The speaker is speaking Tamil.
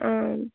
ஆ